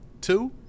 two